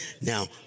Now